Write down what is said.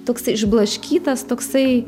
toks išblaškytas toksai